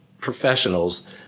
professionals